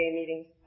meetings